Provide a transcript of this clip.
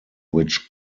which